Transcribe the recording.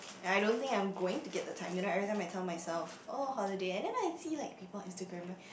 and I don't think I'm going to get the time you know everytime I tell myself oh holiday and then I see like people Instagram like